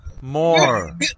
more